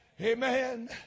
Amen